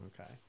Okay